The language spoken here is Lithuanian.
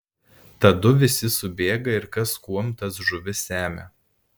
tadu visi subėga ir kas kuom tas žuvis semia